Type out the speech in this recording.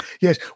Yes